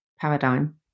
Paradigm